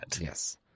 Yes